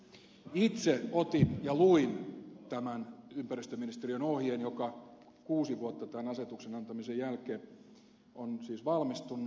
itse otin ja luin tämän ympäristöministeriön ohjeen joka kuusi vuotta tämän asetuksen antamisen jälkeen on siis valmistunut